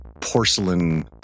porcelain